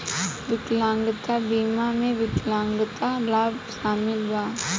विकलांगता बीमा में विकलांगता लाभ शामिल बा